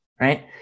right